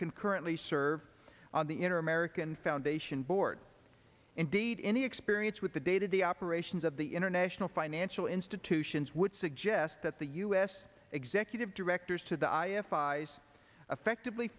concurrently serve on the inner american foundation board indeed any experience with the day to day operations of the international financial institutions would suggest that the us executive directors to the i f r effectively